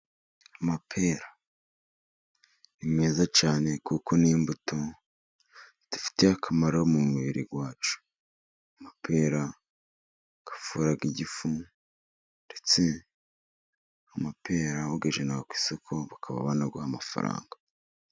Amapera ni meza cyane kuko ni imbuto zidufitiye akamaro mu mubiri wacu. Amapera avura igifu, ndetse amapera uyajyana ku isoko, bakaba banaguha amafaranga.